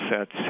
sets